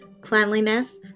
cleanliness